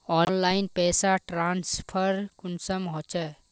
Online पैसा transfer कुंसम होचे?